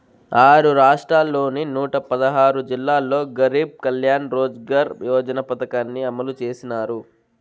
ఆరు రాష్ట్రాల్లోని నూట పదహారు జిల్లాల్లో గరీబ్ కళ్యాణ్ రోజ్గార్ యోజన పథకాన్ని అమలు చేసినారు